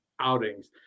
Outings